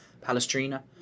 Palestrina